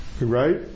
Right